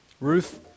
Ruth